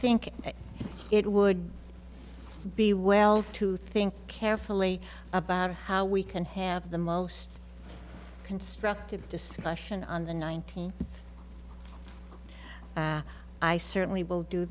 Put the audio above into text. think it would be well to think carefully about how we can have the most constructive discussion on the nineteenth and i certainly will do